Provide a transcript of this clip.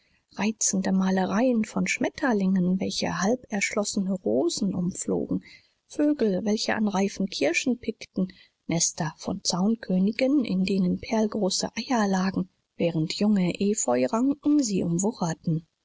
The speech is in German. reizende malereien von schmetterlingen welche halberschlossene rosen umflogen vögel welche an reifen kirschen pickten nester von zaunkönigen in denen perlgroße eier lagen während junge epheuranken sie umwucherten